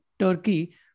Turkey